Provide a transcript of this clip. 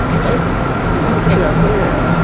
thank you. who who said that? put up your hand.